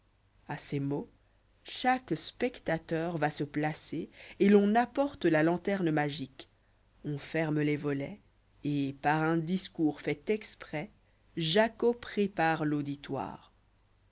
a ces mots chaque spectateur va se placer et l'on apporte l'a lanterne'nlagiqtre on'ferme les volets et par un discours fait exprès jacqueau prépare l'auditoire